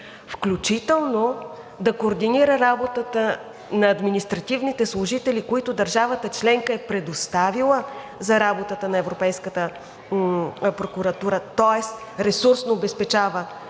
включително да координира работата на административните служители, които държавата членка е предоставила за работата на Европейската прокуратура, тоест ресурсно обезпечава